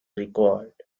required